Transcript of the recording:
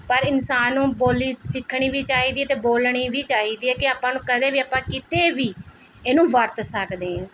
ਪਰ ਇਨਸਾਨ ਨੂੰ ਬੋਲੀ ਸਿੱਖਣੀ ਵੀ ਚਾਹੀਦੀ ਹੈ ਅਤੇ ਬੋਲਣੀ ਵੀ ਚਾਹੀਦੀ ਹੈ ਕਿ ਆਪਾਂ ਨੂੰ ਕਦੇ ਵੀ ਆਪਾਂ ਕਿਤੇ ਵੀ ਇਹਨੂੰ ਵਰਤ ਸਕਦੇ ਹਾਂ